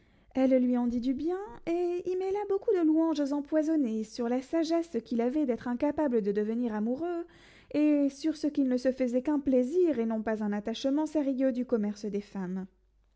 elle lui en dit du bien et y mêla beaucoup de louanges empoisonnées sur la sagesse qu'il avait d'être incapable de devenir amoureux et sur ce qu'il ne se faisait qu'un plaisir et non pas un attachement sérieux du commerce des femmes